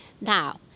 Now